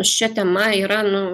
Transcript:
šia tema yra nu